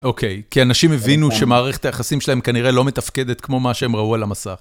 אוקיי, כי אנשים הבינו שמערכת היחסים שלהם כנראה לא מתפקדת כמו מה שהם ראו על המסך.